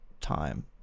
time